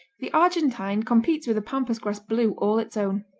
the argentine competes with a pampas-grass blue all its own.